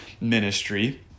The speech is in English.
ministry